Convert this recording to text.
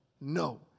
No